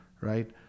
right